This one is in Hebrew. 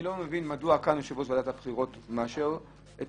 אני לא מבין מדוע כאן יושב-ראש ועדת הבחירות מאשר את